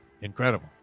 Incredible